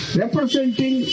representing